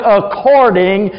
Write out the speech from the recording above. according